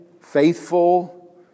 faithful